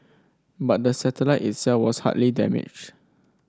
but the satellite itself was hardly damaged